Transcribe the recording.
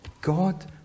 God